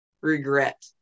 regret